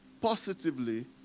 positively